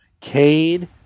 Cade